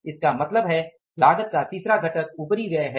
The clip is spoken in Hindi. इसका मतलब है लागत का तीसरा घटक उपरिव्यय है